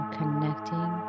connecting